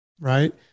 Right